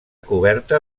coberta